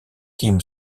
kim